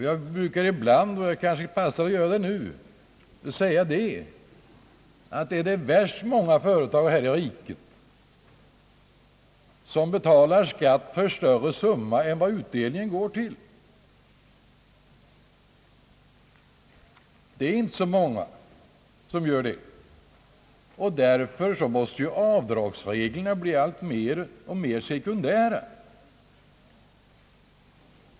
Jag brukar ibland, och kan passa på att göra det även nu, säga att det inte finns så värst många företag här i riket som betalar skatt för större summa än vad utdelningen uppgår till. Avdragsreglerna måste bli mer och mer sekundära.